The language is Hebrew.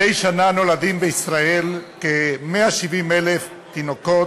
מדי שנה נולדים בישראל כ-170,000 תינוקות,